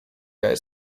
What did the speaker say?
guy